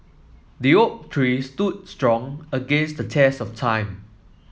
the oak tree stood strong against the test of time